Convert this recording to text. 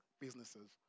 businesses